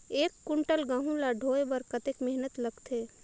एक कुंटल गहूं ला ढोए बर कतेक मेहनत लगथे?